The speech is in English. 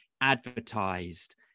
advertised